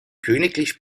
königlich